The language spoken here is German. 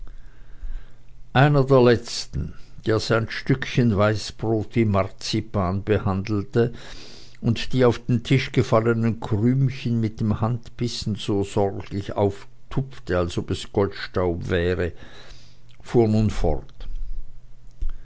einer der letztern der sein stückchen weißbrot wie marzipan behandelte und die auf den tisch gefallenen krümchen mit dem handbissen so sorglich auftupfte als ob es goldstaub wäre fuhr nun fort